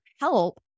help